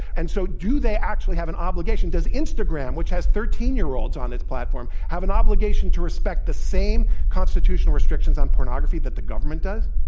and so, do they actually have an obligation. does instagram, which has thirteen year olds on its platform, have an obligation to respect the same constitutional restrictions on pornography that the government does?